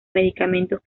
medicamentos